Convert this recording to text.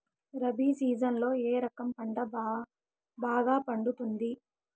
రబి సీజన్లలో ఏ రకం పంట బాగా పండుతుంది